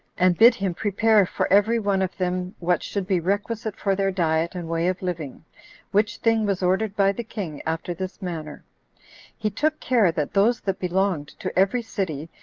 and bid him prepare for every one of them what should be requisite for their diet and way of living which thing was ordered by the king after this manner he took care that those that belonged to every city,